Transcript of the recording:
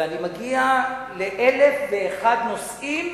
ואני מגיע לאלף ואחד נושאים